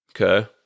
Okay